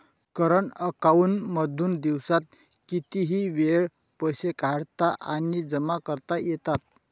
current account मधून दिवसात कितीही वेळ पैसे काढता आणि जमा करता येतात